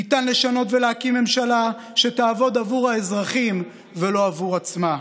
ניתן לשנות ולהקים ממשלה שתעבוד עבור האזרחים ולא עבור עצמה.